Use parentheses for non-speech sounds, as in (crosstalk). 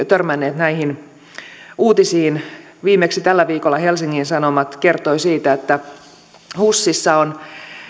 (unintelligible) törmänneet näihin uutisiin viimeksi tällä viikolla helsingin sanomat kertoi siitä että husissa on